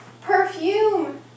perfume